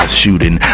shooting